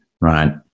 right